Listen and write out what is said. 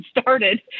started